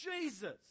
Jesus